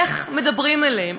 איך מדברים אליהם?